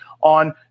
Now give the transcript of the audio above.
on